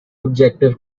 objective